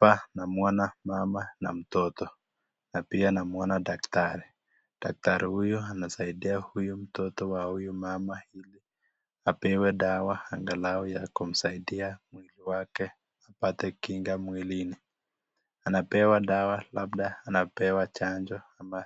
Hapa namuona mama na mtoto na pia namuona daktari, daktari huyo anasaidia mtoto wa huyu mama apewe dawa angalau ya kumsaidia mwili wake apate kinga mwilini anapewa dawa labda anapewa chanjo ama